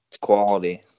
quality